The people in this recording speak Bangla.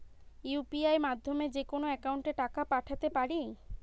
ইউ.পি.আই মাধ্যমে যেকোনো একাউন্টে টাকা পাঠাতে পারি?